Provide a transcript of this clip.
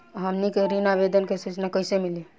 हमनी के ऋण आवेदन के सूचना कैसे मिली?